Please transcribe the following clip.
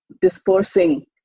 dispersing